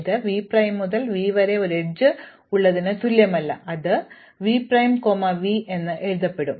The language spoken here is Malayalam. ഇത് v പ്രൈം മുതൽ v വരെ ഒരു എഡ്ജ് ഉള്ളതിന് തുല്യമല്ല അത് v പ്രൈം കോമ v എന്ന് എഴുതപ്പെടും